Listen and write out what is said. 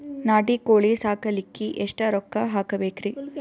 ನಾಟಿ ಕೋಳೀ ಸಾಕಲಿಕ್ಕಿ ಎಷ್ಟ ರೊಕ್ಕ ಹಾಕಬೇಕ್ರಿ?